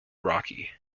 rocky